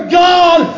god